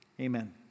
amen